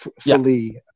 fully